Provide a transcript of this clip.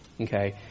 Okay